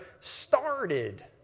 started